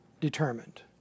determined